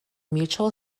mutual